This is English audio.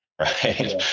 right